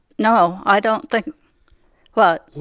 no, i don't think what? well,